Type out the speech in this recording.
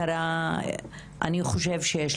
כמובן שצריך לבדוק את המקרה לגופו,